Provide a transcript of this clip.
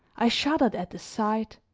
i shuddered at the sight.